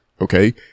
okay